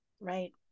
Right